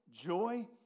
joy